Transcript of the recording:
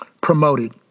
promoted